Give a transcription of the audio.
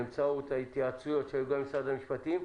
באמצעות ההתייעצויות שהיו גם עם משרד המשפטים,